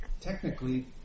technically